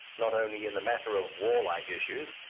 not only in the matter of warlike issues,